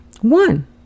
one